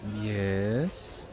Yes